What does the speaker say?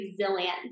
resilience